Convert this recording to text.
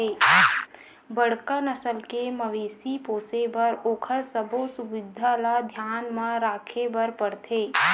बड़का नसल के मवेशी पोसे बर ओखर सबो सुबिधा ल धियान म राखे बर परथे